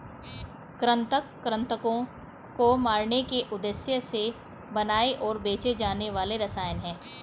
कृंतक कृन्तकों को मारने के उद्देश्य से बनाए और बेचे जाने वाले रसायन हैं